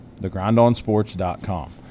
thegrindonsports.com